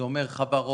שזה אומר חברות,